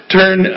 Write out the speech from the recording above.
Turn